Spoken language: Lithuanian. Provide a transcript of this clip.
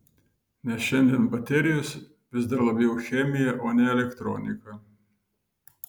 nes šiandien baterijos vis dar labiau chemija o ne elektronika